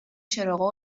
چراغا